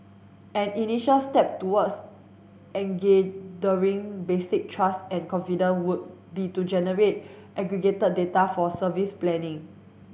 an initial step towards basic trust and confidence would be to generate aggregated data for service planning